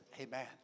Amen